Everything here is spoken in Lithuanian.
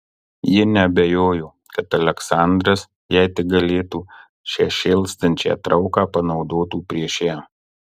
ji neabejojo kad aleksandras jei tik galėtų šią šėlstančią trauką panaudotų prieš ją